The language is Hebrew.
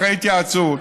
אחרי התייעצות,